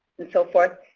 and so forth.